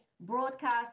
broadcast